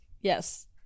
Yes